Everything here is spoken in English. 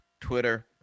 Twitter